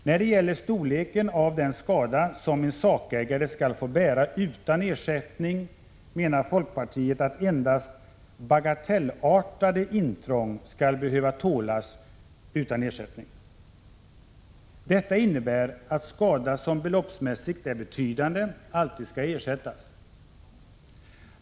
När det gäller storleken av den skada som en sakägare skall få bära utan ersättning menar folkpartiet att endast bagatellartade intrång skall behöva tålas utan ersättning. Det innebär att skada som beloppsmässigt är betydande alltid skall ersättas.